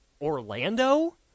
Orlando